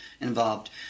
Involved